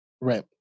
Right